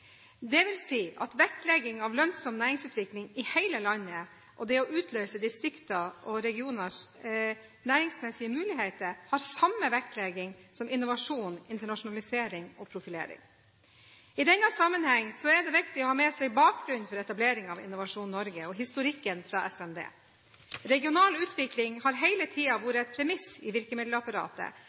si at vektlegging av lønnsom næringsutvikling i hele landet og det å utløse distrikters og regioners næringsmessige muligheter har samme vektlegging som innovasjon, internasjonalisering og profilering. I denne sammenheng er det viktig å ha med seg bakgrunnen for etableringen av Innovasjon Norge og historikken fra SND. Regional utvikling har hele tiden vært et premiss i virkemiddelapparatet,